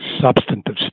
substantive